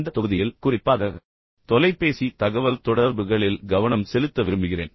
இந்த தொகுதியில் குறிப்பாக தொலைபேசி தகவல்தொடர்புகளில் கவனம் செலுத்த விரும்புகிறேன்